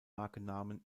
markennamen